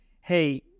hey